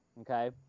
okay